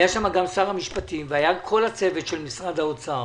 היה שם גם שר המשפטים וכל הצוות של משרד האוצר.